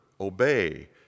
obey